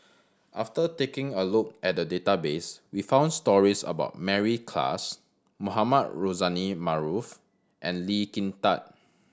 after taking a look at the database we found stories about Mary Klass Mohamed Rozani Maarof and Lee Kin Tat